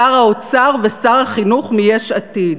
שר האוצר ושר החינוך מיש עתיד.